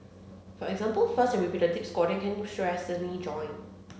for example fast and repeated deep squatting can stress the knee joint